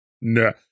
No